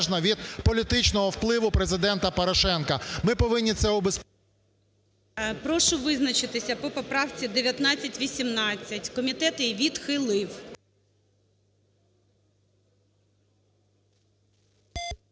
Прошу визначитися по поправці 1918. Комітет її відхилив.